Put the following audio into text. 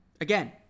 Again